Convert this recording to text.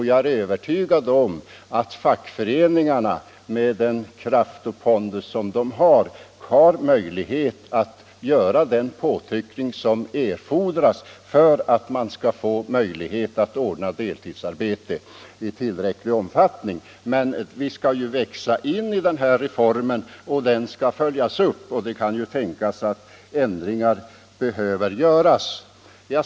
Jag är övertygad om att fackföreningarna, med den kraft och pondus som de har, kan göra den påtryckning som erfordras för att man skall få möjlighet att ordna deltidsarbete i tillräcklig omfattning. Men vi skall ju växa in i den här reformen. Den skall följas upp, och det kan tänkas att ändringar behöver göras.